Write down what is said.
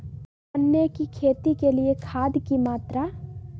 गन्ने की खेती के लिए खाद की मात्रा?